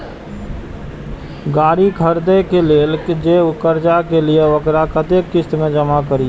गाड़ी खरदे के लेल जे कर्जा लेलिए वकरा कतेक किस्त में जमा करिए?